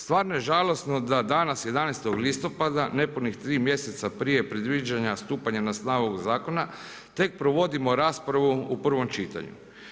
Stvarno je žalosno da danas 11. listopada nepunih 3 mjeseca prije predviđanja stupanja na snagu ovog zakona tek provodimo raspravu u prvom čitanju.